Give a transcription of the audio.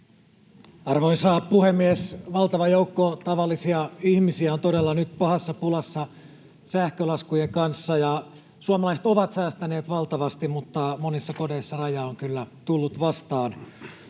Arvoisa puhemies! Valtava joukko tavallisia ihmisiä todella on nyt pahassa pulassa sähkölaskujen kanssa. Suomalaiset ovat säästäneet valtavasti, mutta monissa kodeissa raja on kyllä tullut vastaan.